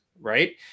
right